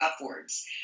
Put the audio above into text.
upwards